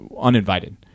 uninvited